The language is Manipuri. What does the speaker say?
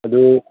ꯑꯗꯨ